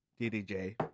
ddj